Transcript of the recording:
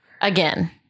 Again